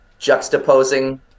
juxtaposing